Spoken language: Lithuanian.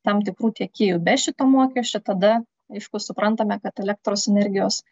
tam tikrų tiekėjų be šito mokesčio tada aišku suprantame kad elektros energijos